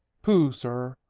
pooh, sir!